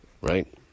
right